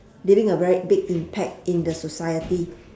leaving a very big impact in the society